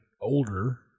older